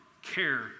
care